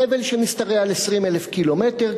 חבל שמשתרע על 20,000 קמ"ר,